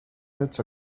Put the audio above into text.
minutes